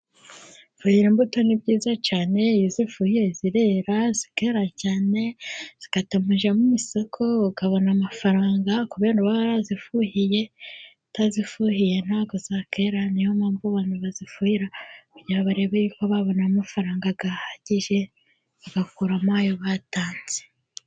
Gufhira imbuto ni byiza cyane, iyo izifuhiye zirera zirera cyane, zigatamu ujya mu isoko ukabona amafaranga, kubera uba warazifuhiye utazifuhiye ntago za kwera, niyo mpamvu abantu bazifuhira kugira barebe yuko babona amafaranga ahagije, bagakuramo ayo batanze.